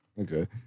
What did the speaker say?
Okay